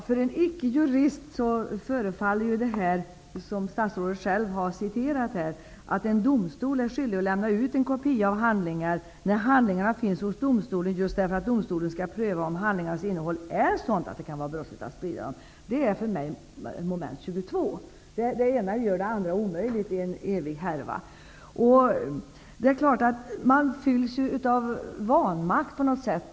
Herr talman! Statsrådet sade i svaret att ''det framstår som djupt olyckligt om en domstol är skyldig att lämna ut kopia av handlingar till en enskild, när handlingarna finns hos domstolen just därför att domstolen skall pröva om handlingarnas innehåll är sådant att det kan vara brottsligt att sprida dem''. För en icke jurist som jag förefaller detta vara som mom. 22, det ena gör det andra omöjligt i en evig härva. Man fylls ju av vanmakt.